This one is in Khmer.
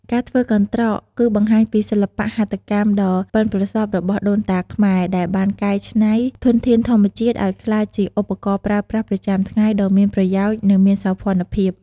ការធ្វើកន្រ្តក គឺបង្ហាញពីសិល្បៈហត្ថកម្មដ៏ប៉ិនប្រសប់របស់ដូនតាខ្មែរ ដែលបានកែច្នៃធនធានធម្មជាតិឱ្យក្លាយជាឧបករណ៍ប្រើប្រាស់ប្រចាំថ្ងៃដ៏មានប្រយោជន៍ និងមានសោភ័ណភាព។